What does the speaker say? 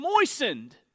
moistened